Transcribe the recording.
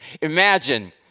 Imagine